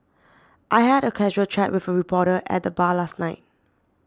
I had a casual chat with a reporter at the bar last night